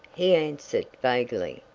he answered vaguely.